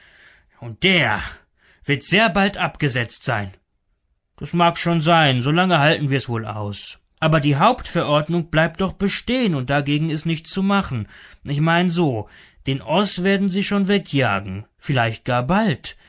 und der wird sehr bald abgesetzt sein das mag schon sein so lange halten wir's wohl aus aber die hauptverordnung bleibt doch bestehen und dagegen ist nichts zu machen ich mein so den oß werden sie schon wegjagen vielleicht gar bald